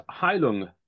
Heilung